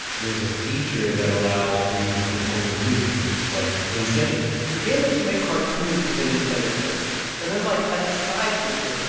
there was a feature that allows for you to compose music, which is, like, insane the game lets you make cartoons with the nintendo characters. and then, like, as a side feature,